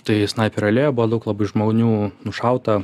tai snaiperių alėjoj buvo daug labai žmonių nušauta